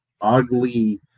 ugly